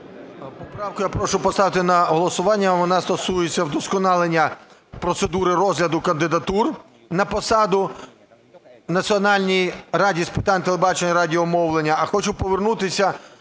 Поправку я прошу поставити на голосування. Вона стосується вдосконалення процедури розгляду кандидатур на посаду в Національній раді з питань телебачення і радіомовлення.